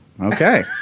Okay